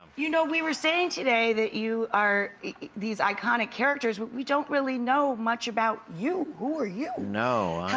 you know, we were saying today that you are these iconic characters, but we don't really know much about you. who are you? no,